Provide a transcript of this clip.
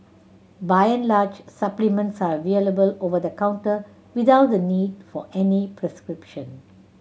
by and large supplements are available over the counter without a need for any prescription